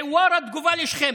חווארה, תגובה לשכם.